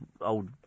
old